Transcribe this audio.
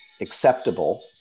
acceptable